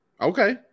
Okay